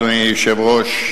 אדוני היושב-ראש,